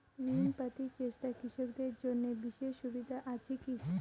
ঋণ পাতি চেষ্টা কৃষকদের জন্য বিশেষ সুবিধা আছি কি?